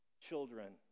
children